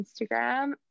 instagram